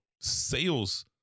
sales